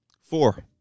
Four